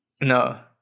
No